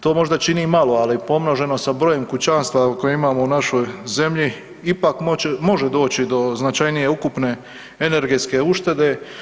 To možda čini malo, ali pomnoženo sa brojem kućanstava koje imamo u našoj zemlji ipak može doći do značajnije ukupne energetske uštede.